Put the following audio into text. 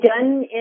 done